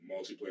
Multiplayer